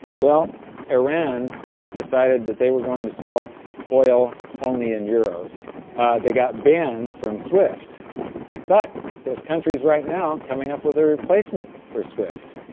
well iran decided that they were going to sell oil only in euros they got banned from swift but there's countries right now coming up with a replacement for swift,